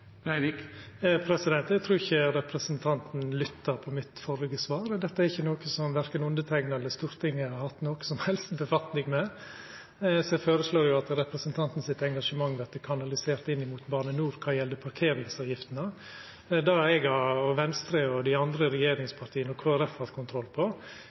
Eg trur ikkje representanten lytta til det førre svaret mitt. Dette er ikkje noko som eg eller Stortinget har hatt noko som helst med å gjera. Difor føreslår eg at engasjementet til representanten vert kanalisert inn mot Bane NOR når det gjeld parkeringsavgiftene. Det eg og Venstre, dei andre regjeringspartia og Kristeleg Folkeparti har kontroll på,